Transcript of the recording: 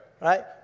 right